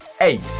eight